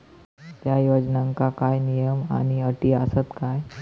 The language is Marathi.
त्या योजनांका काय नियम आणि अटी आसत काय?